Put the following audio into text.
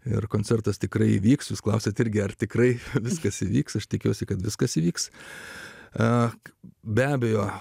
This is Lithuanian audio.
ir koncertas tikrai įvyks jūs klausėte irgi ar tikrai viskas vyks aš tikiuosi kad viskas vyks a be abejo